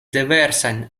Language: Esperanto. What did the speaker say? diversajn